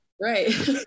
right